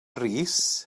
rees